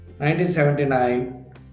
1979